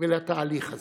ולתהליך הזה,